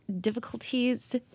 difficulties